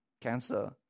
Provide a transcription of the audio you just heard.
cancer